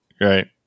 Right